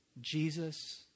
Jesus